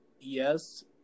Yes